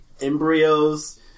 embryos